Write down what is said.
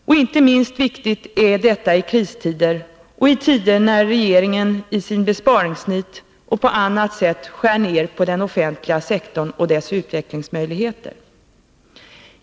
Och inte minst viktigt är detta i kristider och i tider när regeringen i sitt besparingsnit och på annat sätt skär ned på den offentliga sektorn och dess utvecklingsmöjligheter.